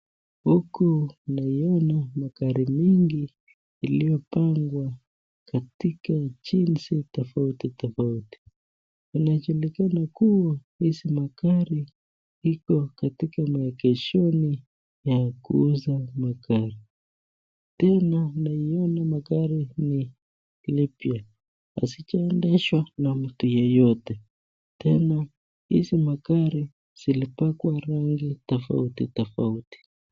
Huku naiona magari mingi iliyopangwa katika jinsi tofauti tofauti inajulikana kuwa hizi magari iko katika maegeshoni ya kuuza magari tena, naiona magari lipya hazijaendeshwa na mtu yeyote tena hizi magari zilipakwa rangi tofauti tofauti.